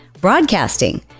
broadcasting